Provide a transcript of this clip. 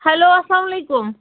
hello اسلام علیکم